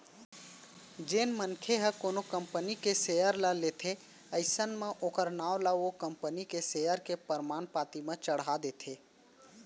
जेन मनसे ह कोनो कंपनी के सेयर ल लेथे अइसन म ओखर नांव ला ओ कंपनी सेयर के परमान पाती म चड़हा देथे